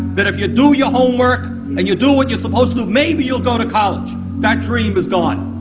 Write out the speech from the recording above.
that if you do your homework and you do what you're supposed to, maybe you'll go to college that dream is gone.